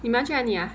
你们去哪里啊